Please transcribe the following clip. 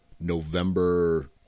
November